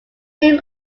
name